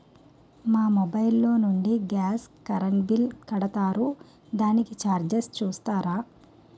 మా మొబైల్ లో నుండి గాస్, కరెన్ బిల్ కడతారు దానికి చార్జెస్ చూస్తారా?